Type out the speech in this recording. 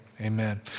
Amen